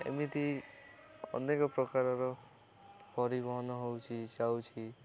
ଏମିତି ଅନେକ ପ୍ରକାରର ପରିବହନ ହଉଛି ଯାଉଛି